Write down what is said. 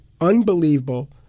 unbelievable